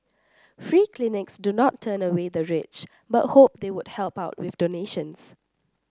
free clinics do not turn away the rich but hope they would help out with donations